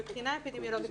מבחינה אפידמיולוגית,